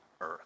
earth